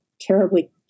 terribly